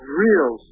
real